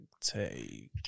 take